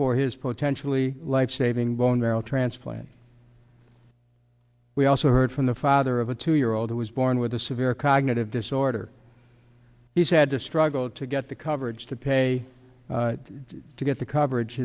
for his potentially life saving bone marrow transplant we also heard from the father of a two year old who was born with a severe cognitive disorder he's had to struggle to get the coverage to pay to get the coverage